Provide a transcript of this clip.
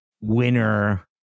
winner